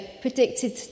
predicted